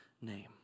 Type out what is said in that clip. name